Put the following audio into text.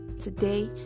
Today